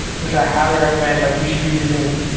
which i highly recommend. like you should be using.